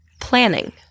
Planning